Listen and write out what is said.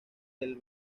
del